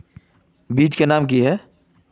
बीज के नाम की हिये?